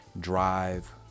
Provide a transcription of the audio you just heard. drive